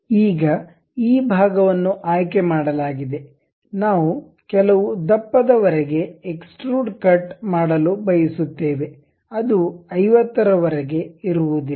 ಈಗ ಈ ಭಾಗವನ್ನು ಆಯ್ಕೆ ಮಾಡಲಾಗಿದೆ ನಾವು ಕೆಲವು ದಪ್ಪದ ವೆರೆಗೆ ಎಕ್ಸ್ಟ್ರುಡ್ ಕಟ್ ಮಾಡಲು ಬಯಸುತ್ತೇವೆ ಅದು 50 ರವರೆಗೆ ಇರುವುದಿಲ್ಲ